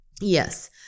Yes